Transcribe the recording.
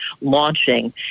launching